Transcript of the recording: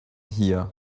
here